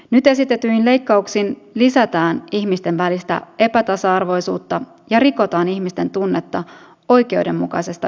nyt esitetyin leikkauksin lisätään ihmisten välistä epätasa arvoisuutta ja rikotaan ihmisten tunnetta oikeudenmukaisesta yhteiskunnasta